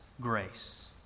grace